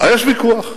יש ויכוח,